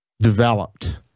developed